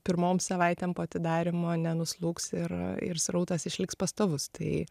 pirmom savaitėm po atidarymo nenuslūgs ir ir srautas išliks pastovus tai